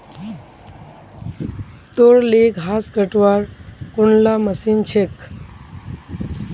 तोर ली घास कटवार कुनला मशीन छेक